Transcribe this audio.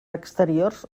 exteriors